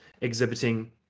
exhibiting